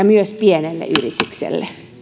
myös pienelle yritykselle